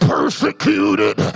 Persecuted